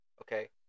okay